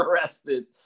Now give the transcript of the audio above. arrested